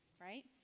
right